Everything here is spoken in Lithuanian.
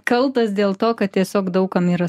kaltas dėl to kad tiesiog daug kam yra